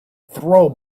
throw